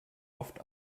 oft